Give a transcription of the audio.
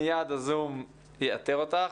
מייד הזום יאתר אותך.